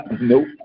Nope